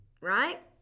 Right